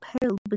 parallel